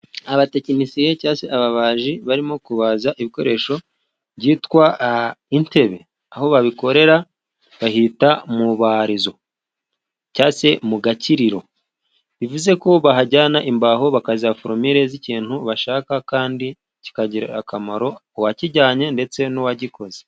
Abatekinisiye n'ababaji barimo kubaza ibikoresho byitwa intebe, aho babikorera bahita mu ibarizo cyangwa se mu gakiriro, bivuze ko bahajyana imbaho bakaziha forumire z'ikintu bashaka, kandi kikagirira akamaro uwakijyanye ndetse n'uwagikoze.